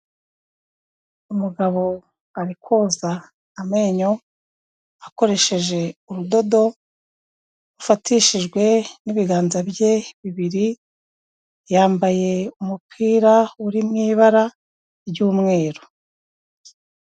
Umugabo ari koza amenyo akoresheje urudodo rufatishijwe n'ibiganza bye bibiri, yambaye umupira uri mu ibara ry'umweru.